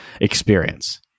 experience